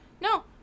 No